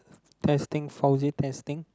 testing Fousey testing